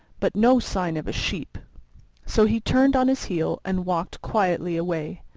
but no sign of a sheep so he turned on his heel and walked quietly away.